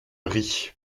riz